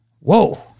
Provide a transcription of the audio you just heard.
Whoa